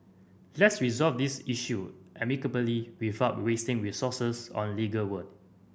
let's resolve this issue amicably without wasting resources on legal work